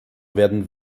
werden